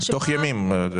תוך ימים.